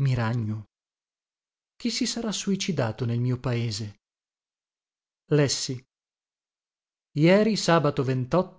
miragno miragno chi si sarà suicidato nel mio paese lessi jeri sabato